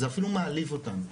זה אפילו מעליב אותנו.